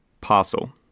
parcel